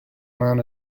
man